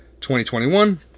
2021